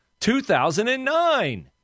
2009